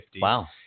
Wow